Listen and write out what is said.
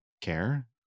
care